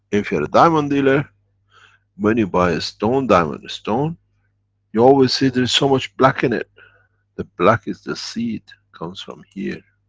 if you're a diamond dealer when you buy a stone, diamond stone you always see there is so much black in it the black is the seed, comes from here.